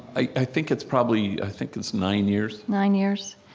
i think it's probably i think it's nine years nine years.